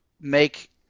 make